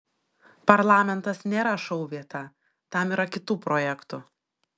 parlamentas nėra šou vieta tam yra kitų projektų